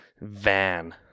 van